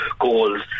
goals